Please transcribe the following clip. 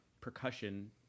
percussion